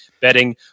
betting